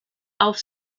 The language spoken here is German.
auf